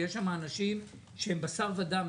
ויש שמה אנשים שהם בשר ודם.